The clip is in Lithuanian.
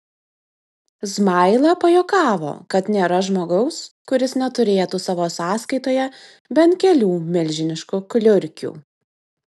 zmaila pajuokavo kad nėra žmogaus kuris neturėtų savo sąskaitoje bent kelių milžiniškų kliurkių